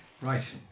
Right